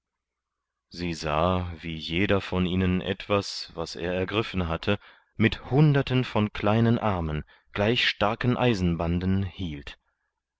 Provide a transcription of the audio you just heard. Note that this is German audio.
sie sah wie jeder von ihnen etwas was er ergriffen hatte mit hunderten von kleinen armen gleich starken eisenbanden hielt